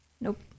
Nope